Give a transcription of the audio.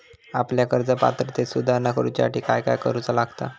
आपल्या कर्ज पात्रतेत सुधारणा करुच्यासाठी काय काय करूचा लागता?